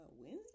Wednesday